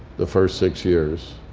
the first six years.